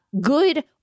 good